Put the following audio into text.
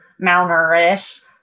malnourished